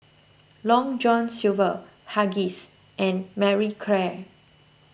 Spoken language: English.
Long John Silver Huggies and Marie Claire